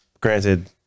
granted